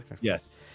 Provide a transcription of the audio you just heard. Yes